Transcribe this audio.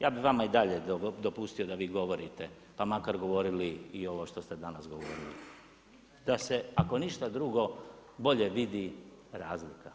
Ja bih vama i dalje dopustio da vi govorite pa makar govorili i ovo što ste danas govorili da se ako ništa drugo bolje vidi razlika.